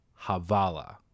Havala